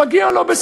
מגיע לו,